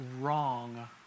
wrong